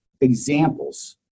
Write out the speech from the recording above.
examples